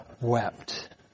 wept